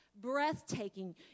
breathtaking